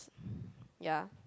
yeah